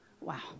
Wow